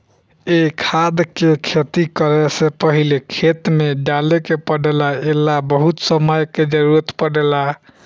ए खाद के खेती करे से पहिले खेत में डाले के पड़ेला ए ला बहुत समय के जरूरत पड़ेला